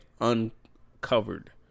uncovered